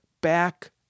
back